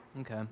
Okay